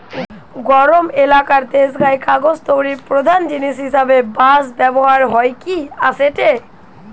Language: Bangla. গরম এলাকার দেশগায় কাগজ তৈরির প্রধান জিনিস হিসাবে বাঁশ ব্যবহার হইকি আসেটে